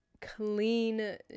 clean